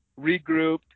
regrouped